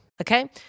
okay